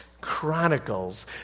chronicles